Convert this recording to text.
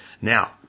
Now